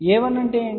a1 అంటే ఏమిటి